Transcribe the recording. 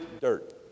dirt